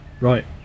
Right